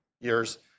years